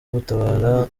gutabara